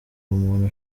umuntu